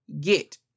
get